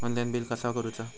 Online bill कसा करुचा?